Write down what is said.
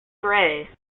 gray